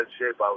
shape